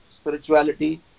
spirituality